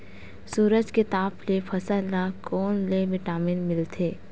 सूरज के ताप ले फसल ल कोन ले विटामिन मिल थे?